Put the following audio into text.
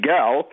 Gal